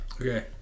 Okay